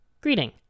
Greeting